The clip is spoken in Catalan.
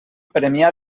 premià